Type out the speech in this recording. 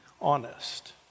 honest